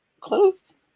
Close